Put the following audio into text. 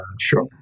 Sure